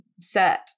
set